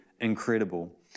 incredible